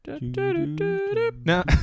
now